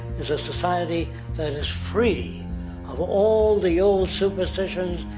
is a society that is free of all the old superstitions,